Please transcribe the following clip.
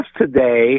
today